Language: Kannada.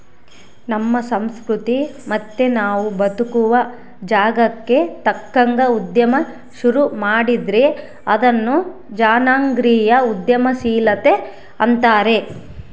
ನಮ್ಮ ಸಂಸ್ಕೃತಿ ಮತ್ತೆ ನಾವು ಬದುಕುವ ಜಾಗಕ್ಕ ತಕ್ಕಂಗ ಉದ್ಯಮ ಶುರು ಮಾಡಿದ್ರೆ ಅದನ್ನ ಜನಾಂಗೀಯ ಉದ್ಯಮಶೀಲತೆ ಅಂತಾರೆ